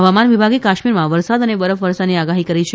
હવામાન વિભાગે કાશ્મીરમાં વરસાદ અને બરફવર્ષાની આગાહી કરી છે